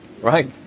right